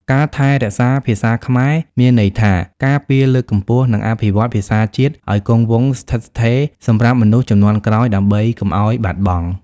ការថែរក្សាភាសាខ្មែរ មានន័យថា ការពារ លើកកម្ពស់ និងអភិវឌ្ឍភាសាជាតិឱ្យគង់វង្សស្ថិតស្ថេរសម្រាប់មនុស្សជំនាន់ក្រោយដើម្បីកុំអោយបាត់បង់។